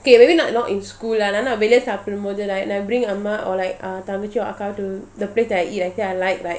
okay maybe not not in school lah வெளியசாப்பிடும்போது:veliya sapdumpothu like when I bring amma or like uh தம்பி:thambi or அக்கா:akka to the place that I eat I say I like right